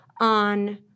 on